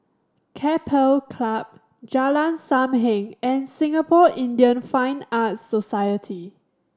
Keppel Club Jalan Sam Heng and Singapore Indian Fine Arts Society